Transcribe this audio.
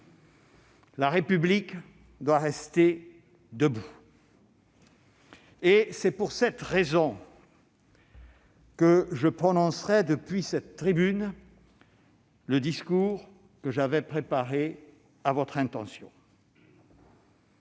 La République doit rester debout. Et c'est pour cette raison que je prononcerai depuis cette tribune le discours que j'avais préparé à votre intention.